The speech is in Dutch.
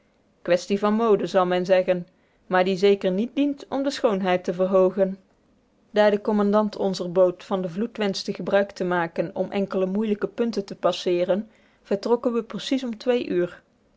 quaestie van mode zal men zeggen maar die zeker niet dient om de schoonheid te verhoogen daar de commandant onzer boot van den vloed wenschte gebruik te maken om enkele moeilijke punten te passeeren vertrokken we precies om twee uur